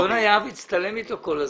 יונה יהב הצטלם אתו כל הזמן.